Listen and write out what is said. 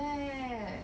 ya